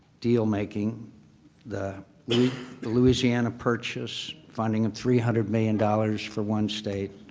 deal-making the louisiana purchase, fining them three hundred million dollars for one state